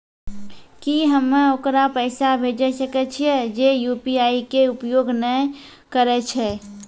की हम्मय ओकरा पैसा भेजै सकय छियै जे यु.पी.आई के उपयोग नए करे छै?